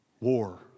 war